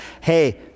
hey